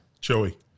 Joey